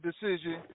decision